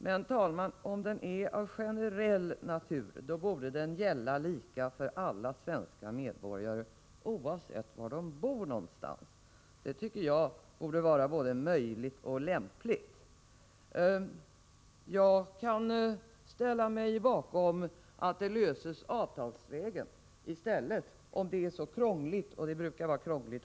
Men, herr talman, om socialförsäkringen är av generell natur borde den gälla lika för alla svenska medborgare, oavsett var de bor någonstans — det tycker jag är både möjligt och lämpligt. Jag kan ställa mig bakom att frågan löses avtalsvägen i stället, om det är så krångligt att ändra i socialförsäkringslagen.